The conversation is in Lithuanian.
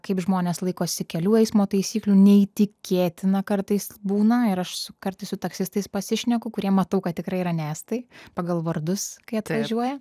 kaip žmonės laikosi kelių eismo taisyklių neįtikėtina kartais būna ir aš kartais su taksistais pasišneku kurie matau kad tikrai yra ne estai pagal vardus kai atvažiuoja